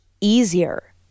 easier